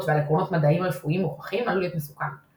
ועל עקרונות מדעיים רפואיים מוכחים עלול להיות מסוכן,